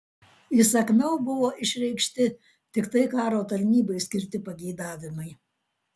įsakmiau buvo išreikšti tiktai karo tarnybai skirti pageidavimai